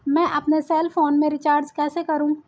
मैं अपने cell phone में रिचार्ज कैसे करूँ?